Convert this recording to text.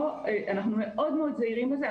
אנחנו מאוד מאוד זהירים בזה.